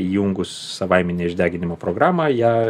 įjungus savaiminę išdeginimo programą ją